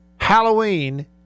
Halloween